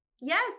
Yes